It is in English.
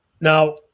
Now